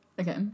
Okay